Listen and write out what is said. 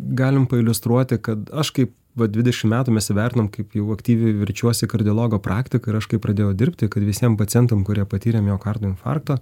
galim pailiustruoti kad aš kaip va dvidešimt metų mes įvertinam kaip jau aktyviai verčiuosi kardiologo praktika ir aš kai pradėjau dirbti kad visiem pacientam kurie patyrė miokardo infarktą